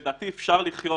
לדעתי אפשר לחיות